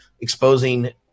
exposing